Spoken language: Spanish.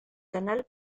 canal